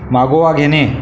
मागोवा घेणे